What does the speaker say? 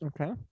Okay